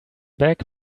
back